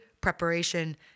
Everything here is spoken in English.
preparation